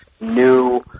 new